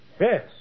Yes